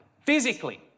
physically